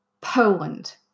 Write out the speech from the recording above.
Poland